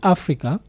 Africa